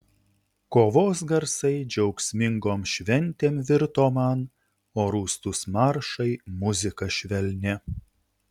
kovos garsai džiaugsmingom šventėm virto man o rūstūs maršai muzika švelnia